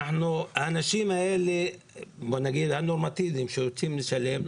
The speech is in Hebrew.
האנשים הנורמטיביים שרוצים לשלם,